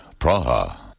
Praha